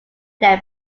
their